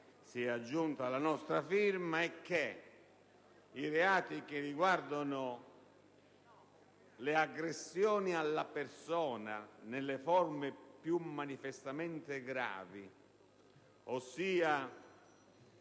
si è aggiunta la nostra firma), è che i reati riguardanti le aggressioni alla persona nelle forme più manifestamente gravi (ossia